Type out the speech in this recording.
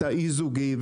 את האי-זוגי,